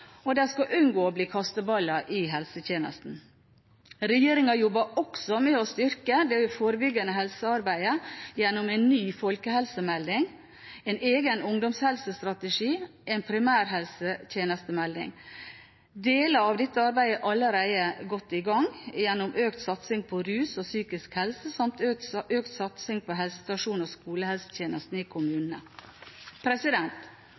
og de skal unngå å bli kasteballer i helsetjenesten. Regjeringen jobber også med å styrke det forebyggende helsearbeidet gjennom en ny folkehelsemelding, en egen ungdomshelsestrategi og en primærhelsetjenestemelding. Deler av dette arbeidet er allerede godt i gang gjennom økt satsing på rus og psykisk helse samt økt satsing på helsestasjoner og skolehelsetjenesten i kommunene.